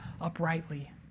uprightly